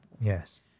Yes